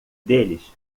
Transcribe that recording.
deles